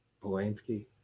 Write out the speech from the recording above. Polanski